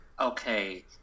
okay